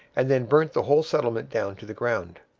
and then burnt the whole settlement down to the ground.